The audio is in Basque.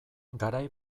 garai